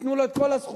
ייתנו לו את כל הזכויות,